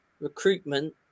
recruitment